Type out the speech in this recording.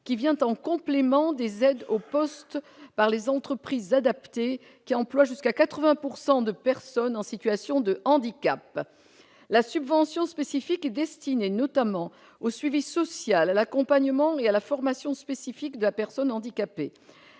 qui vient en complément des aides au poste pour les entreprises adaptées, qui emploient à 80 % des personnes en situation de handicap. La subvention spécifique est destinée notamment au suivi social, à l'accompagnement et à la formation spécifique de la personne handicapée.